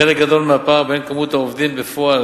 חלק גדול מהפער בין מספר העובדים בפועל